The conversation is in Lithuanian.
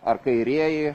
ar kairieji